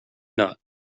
not